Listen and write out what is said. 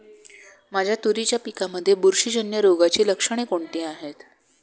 माझ्या तुरीच्या पिकामध्ये बुरशीजन्य रोगाची लक्षणे कोणती आहेत?